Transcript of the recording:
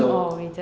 so